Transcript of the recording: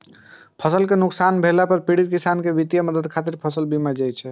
फसल कें नुकसान भेला पर पीड़ित किसान कें वित्तीय मदद खातिर फसल बीमा छै